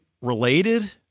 related